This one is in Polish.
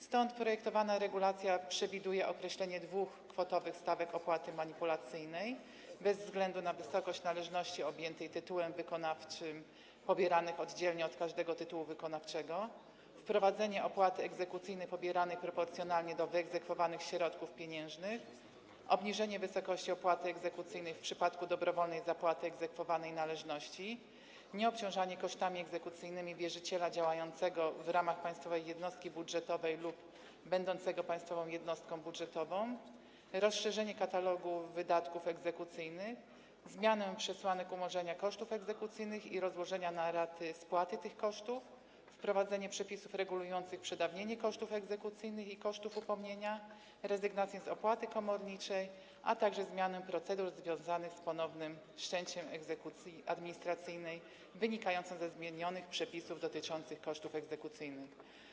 Stąd projektowana regulacja przewiduje określenie dwóch kwotowych stawek opłaty manipulacyjnej bez względu na wysokość należności objętej tytułem wykonawczym, pobieranych oddzielnie od każdego tytułu wykonawczego, wprowadzenie opłaty egzekucyjnej pobieranej proporcjonalnie do wyegzekwowanych środków pieniężnych, obniżenie wysokości opłaty egzekucyjnej w przypadku dobrowolnej zapłaty egzekwowanej należności, nieobciążanie kosztami egzekucyjnymi wierzyciela działającego w ramach państwowej jednostki budżetowej lub będącego państwową jednostką budżetową, rozszerzenie katalogu wydatków egzekucyjnych, zmianę przesłanek umorzenia kosztów egzekucyjnych i rozłożenia na raty spłaty tych kosztów, wprowadzenie przepisów regulujących przedawnienie kosztów egzekucyjnych i kosztów upomnienia, rezygnację z opłaty komorniczej, a także zmianę procedur związanych z ponownym wszczęciem egzekucji administracyjnej wynikającą ze zmienionych przepisów dotyczących kosztów egzekucyjnych.